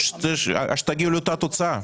תגיעו לאותה תוצאה.